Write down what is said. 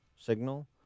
signal